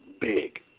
big